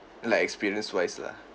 like experience wise lah